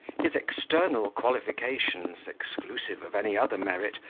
his external qualifications, exclusive of any other merit,